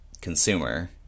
consumer